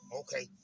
okay